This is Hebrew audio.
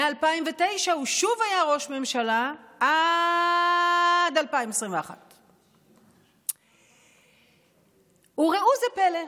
מ-2009 הוא שוב היה ראש ממשלה עד 2021. וראו זה פלא,